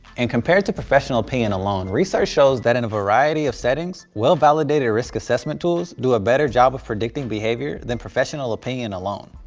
and compared to professional opinion alone, research shows that in a variety of settings, well validated risk assessment tools do a better job of predicting behavior than professional opinion alone.